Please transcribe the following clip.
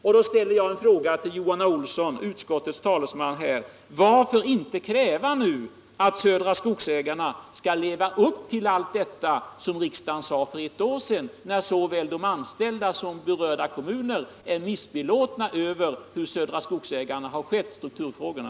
Därför ställde jag en fråga till Johan Olsson, utskottets talesman: Varför inte nu kräva att Södra Skogsägarna skall leva upp till allt detta som riksdagen sade för ett år sedan, när såväl de anställda som berörda kommuner är missbelåtna med hur man har skött strukturfrågorna?